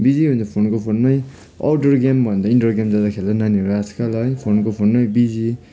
busy हुन्छ फोनको फोनमै आउटडोर गेम भन्दा इन्डोर गेम ज्यादा खेल्छ नानीहरू आजकाल है फोनको फोनमै बिजी